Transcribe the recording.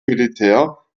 militär